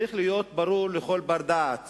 צריך להיות ברור לכל בר דעת